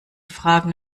fragen